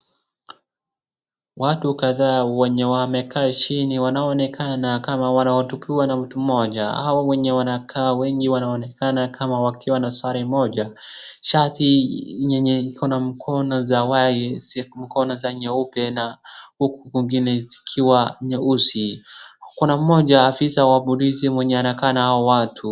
Watu kadhaa wenye wamekaa chini wanaonekana nikama wanahutubiwa na mtu mmoja au wenye wamekaa wengi wanonekana kuwa na sare moja shati yenye ikona mikono za nyeupe na huku kwingine zikiwa nyeusi kuna mmoja afisa wa polisi wenye ankaa na hao watu.